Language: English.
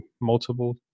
multiple